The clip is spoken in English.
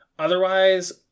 Otherwise